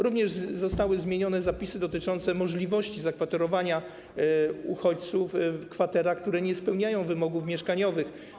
Również zostały zmienione zapisy dotyczące możliwości zakwaterowania uchodźców w kwaterach, które nie spełniają wymogów mieszkaniowych.